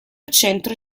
centro